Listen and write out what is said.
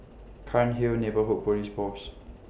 Cairnhill Neighbourhood Police Post